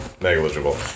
Negligible